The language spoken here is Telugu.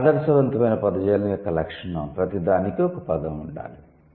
ఆదర్శవంతమైన పదజాలం యొక్క లక్షణం 'ప్రతిదానికీ ఒక పదం ఉండాలి'